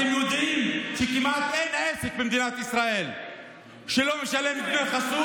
אתם יודעים שבמדינת ישראל כמעט אין עסק שלא משלם דמי חסות?